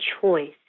choice